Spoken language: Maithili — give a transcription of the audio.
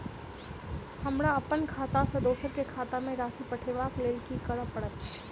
हमरा अप्पन खाता सँ दोसर केँ खाता मे राशि पठेवाक लेल की करऽ पड़त?